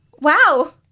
wow